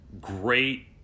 Great